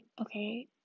okay